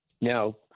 Now